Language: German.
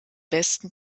besten